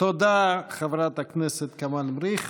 תודה, חברת הכנסת כמאל מריח.